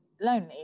lonely